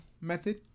method